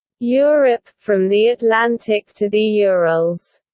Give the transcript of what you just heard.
europe, from the atlantic to the urals,